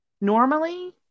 normally